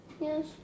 Yes